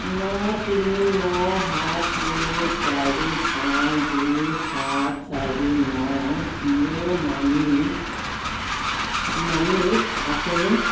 ন তিনি ন সাত তিনি চাৰি পাঁচ দুই সাত চাৰি ন জিঅ' মানি মানিত আছেনে